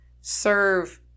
serve –